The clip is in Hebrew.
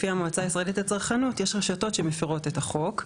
לפי המועצה הישראלית לצרכנות יש רשתות שמפרות את החוק.